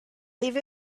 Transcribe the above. leave